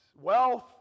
wealth